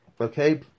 Okay